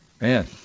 Man